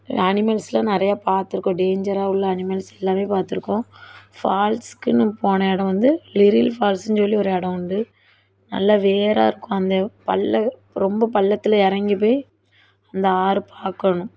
அனிமல்ஸ்லாம் நிறைய பாத்திருக்கோம் டேஞ்சராக உள்ள அனிமேல்ஸ் எல்லாம் பாத்திருக்கோம் ஃபால்ஸுக்குனு போன இடம் வந்து லிரில் ஃபால்ஸுன்னு ஒரு இடம் உண்டு நல்ல வியரா இருக்கும் அந்த ரொம்ப பள்ளத்தில் இறங்கி போய் அந்த ஆற்ற பார்க்கணும்